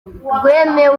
rwemewe